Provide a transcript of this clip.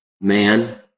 man